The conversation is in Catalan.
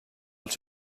els